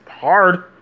hard